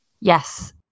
Yes